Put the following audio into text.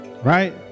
Right